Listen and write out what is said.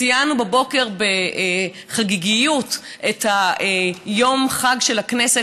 ציינו בבוקר בחגיגיות את יום החג של הכנסת.